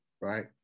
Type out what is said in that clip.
right